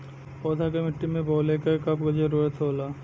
पौधा के मिट्टी में बोवले क कब जरूरत होला